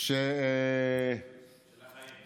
של החיים.